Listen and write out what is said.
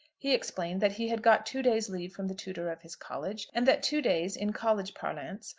he explained that he had got two days' leave from the tutor of his college, and that two days, in college parlance,